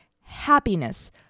happiness